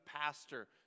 pastor